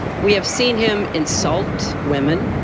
we have seen him insult women.